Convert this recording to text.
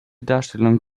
darstellung